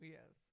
Yes